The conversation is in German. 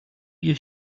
wir